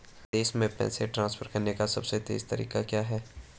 विदेश में पैसा ट्रांसफर करने का सबसे तेज़ तरीका क्या है?